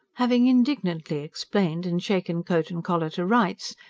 having indignantly explained, and shaken coat and collar to rights,